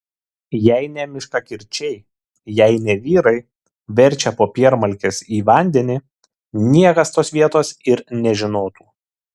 jei ne miškakirčiai jei ne vyrai verčią popiermalkes į vandenį niekas tos vietos ir nežinotų